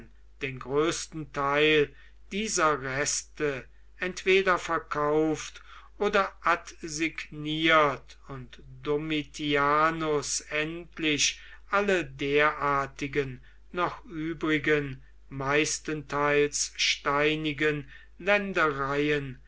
den größten teil dieser reste entweder verkauft oder adsigniert und domitianus endlich alle derartigen noch übrigen meistenteils steinigen ländereien